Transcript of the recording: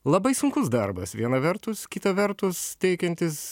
labai sunkus darbas viena vertus kita vertus teikiantis